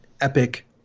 epic